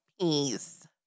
peace